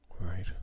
Right